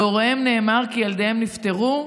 להוריהם נאמר כי ילדיהם נפטרו,